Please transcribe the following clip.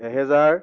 এহেজাৰ